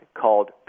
called